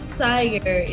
tiger